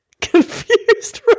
confused